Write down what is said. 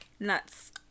Nuts